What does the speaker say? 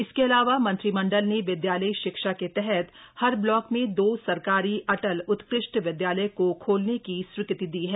इसके अलावा मंत्रिमंडल ने विद्यालयी शिक्षा के तहत हर ब्लाक में दो सरकारी अटल उत्कृष्ट विद्यालय को खोलने की स्वीकृति दी है